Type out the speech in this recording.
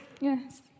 Yes